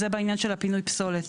זה בעניין של פינוי פסולת.